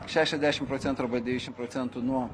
šešiasdešim procentų arba devyndešim procentų nuo